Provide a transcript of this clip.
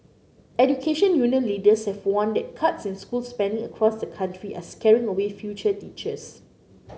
education union leaders have warned that cuts in school spending across the country are scaring away future teachers